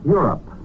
Europe